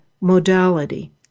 modality